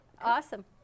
Awesome